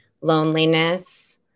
loneliness